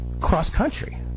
cross-country